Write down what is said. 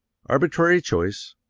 arbitrary choice.